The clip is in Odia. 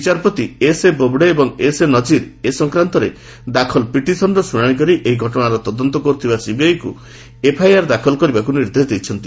ବିଚାରପତି ଏସ୍ଏ ବୋବ୍ଡେ ଏବଂ ଏସ୍ଏ ନଜିର୍ ଏ ସଂକ୍ରାନ୍ତରେ ଦାଖଲ ପିଟିସନ୍ର ଶୁଣାଣି କରି ଏହି ଘଟଣାର ତଦନ୍ତ କରୁଥିବା ସିବିଆଇକୁ ଏଫ୍ଆଇଆର୍ ଦାଖଲ କରିବାକୁ ନିର୍ଦ୍ଦେଶ ଦେଇଛନ୍ତି